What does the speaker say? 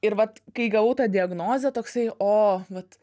ir vat kai gavau tą diagnozę toksai o vat